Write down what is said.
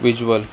visual